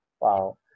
Wow